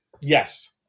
yes